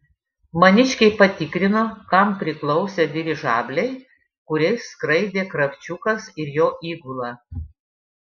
maniškiai patikrino kam priklausė dirižabliai kuriais skraidė kravčiukas ir jo įgula